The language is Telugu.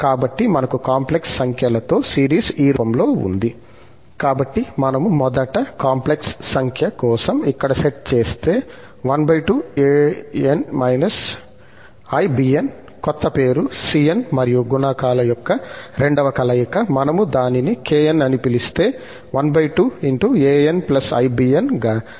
కాబట్టి మనకు కాంప్లెక్స్ సంఖ్యలతో సిరీస్ ఈ రూపంలో ఉంది కాబట్టి మనము మొదట కాంప్లెక్స్ సంఖ్య కోసం ఇక్కడ సెట్ చేస్తే 12 an−i bn క్రొత్త పేరు cn మరియు గుణకాల యొక్క రెండవ కలయిక మనము దానిని kn అని పిలిస్తే 12 anibn గా